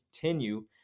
continue